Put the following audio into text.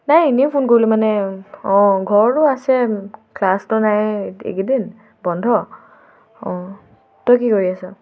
নাই এনেই ফোন কৰিলোঁ মানে অঁ ঘৰো আছে ক্লাছটো নাইয়ে এইকেইদিন বন্ধ অঁ তই কি কৰি আছ'